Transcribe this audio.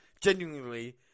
Genuinely